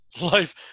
life